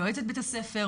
יועצת בית הספר,